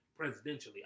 presidentially